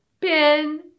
pin